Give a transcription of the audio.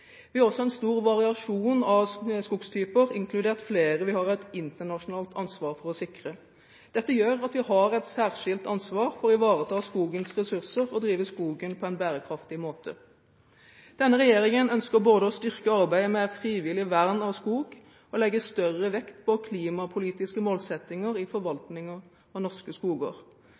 Vi har også en stor variasjon av skogstyper, inkludert flere vi har et internasjonalt ansvar for å sikre. Dette gjør at vi har et særskilt ansvar for å ivareta skogens ressurser og drive skogen på en bærekraftig måte. Denne regjeringen ønsker både å styrke arbeidet med frivillig vern av skog og å legge større vekt på klimapolitiske målsettinger i forvaltningen av norske